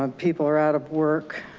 um people are out of work.